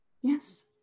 Yes